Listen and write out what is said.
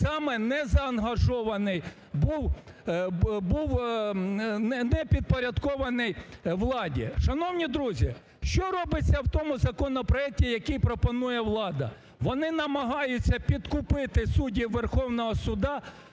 саме незаангажований, був не підпорядкований владі. Шановні друзі, що робиться в тому законопроекті, який пропонує влада? Вони намагаються підкупити суддів Верховного суду,